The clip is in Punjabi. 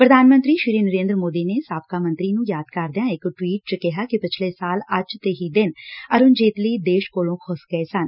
ਪ੍ਰਧਾਨ ਮੰਤਰੀ ਨਰੇਂਦਰ ਮੋਦੀ ਨੇ ਸਾਬਕਾ ਮੰਤਰੀ ਨੂੰ ਯਾਦ ਕਰਦਿਆਂ ਇਕ ਟਵੀਟ ਚ ਕਿਹਾ ਕਿ ਪਿਛਲੇ ਸਾਲ ਅੱਜ ਦੇ ਦਿਨ ਅਰੁਣ ਜੇਤਲੀ ਦੇਸ਼ ਕੋਲੋ ਖੁਸ ਗਏ ਸਨ